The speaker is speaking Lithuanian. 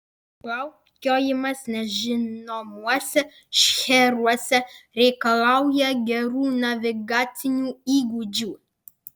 plaukiojimas nežinomuose šcheruose reikalauja gerų navigacinių įgūdžių